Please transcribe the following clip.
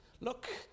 look